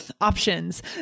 options